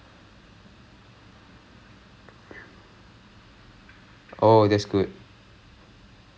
the good thing வந்து என்னன்னா அப்பா:vanthu enannaa appa works in the I_T field and then I have another cousin who works in the I_T field